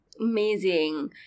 amazing